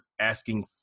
asking